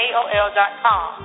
Aol.com